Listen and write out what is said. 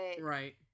right